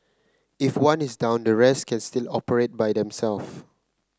if one is down the rest can still operate by